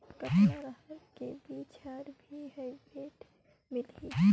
कतना रहर के बीजा हर भी हाईब्रिड मिलही?